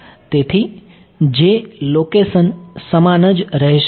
તેથી લોકેશન સમાન જ રહેશે